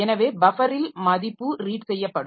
எனவே பஃபரில் மதிப்பு ரீட் செய்யப்படும்